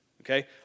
Okay